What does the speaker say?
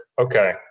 okay